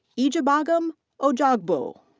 ejebagom ojogbo.